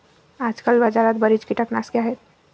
आजकाल बाजारात बरीच कीटकनाशके आहेत